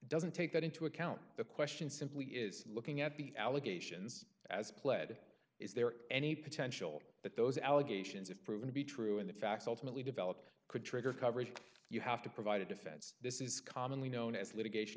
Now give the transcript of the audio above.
again doesn't take that into account the question simply is looking at the allegations as pled is there any potential that those allegations have proven to be true and the facts ultimately developed could trigger coverage you have to provide a defense this is commonly known as litigation